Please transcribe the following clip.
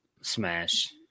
smash